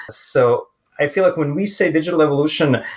so i feel like when we say digital evolution,